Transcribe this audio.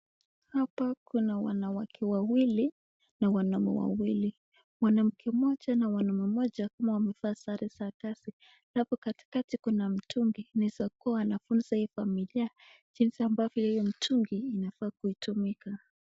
Hapa kuna wanawake wawili na wanaume wawili. Mwanamke mmoja na mwanaume mmoja wamevaa sare za kazi, alafu katikati kuna mtungi. Inaezakuwa wanafunza hii familia jinsi ambavyo hii mtungi inafaa kutumika.